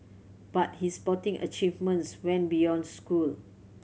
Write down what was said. but his sporting achievements went beyond school